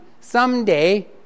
Someday